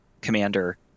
commander